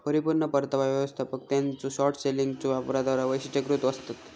परिपूर्ण परतावा व्यवस्थापक त्यांच्यो शॉर्ट सेलिंगच्यो वापराद्वारा वैशिष्ट्यीकृत आसतत